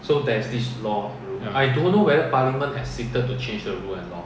ya